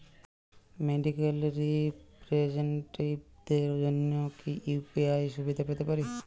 Medical রিপ্রেজন্টেটিভদের জন্য কি ইউ.পি.আই সুবিধা পেতে পারে?